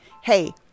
hey